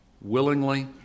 willingly